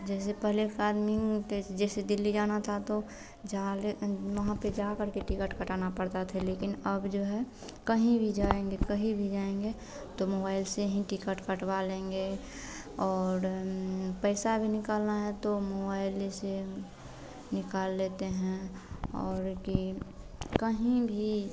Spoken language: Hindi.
जैसे पहले कार नहीं होते जैसे पहले दिल्ली जाना था तो झाले वहाँ पर जा करके टिकट कटाना पड़ता था तो लेकिन अब जो है कहीं भी जाएंगे कहीं भी जाएंगे तो मोबाइल से ही टिकट कटवा लेंगे और पैसा भी निकलना है तो मोबाइले से निकाल लेते हैं और कि कहीं भी